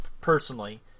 personally